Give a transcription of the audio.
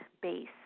base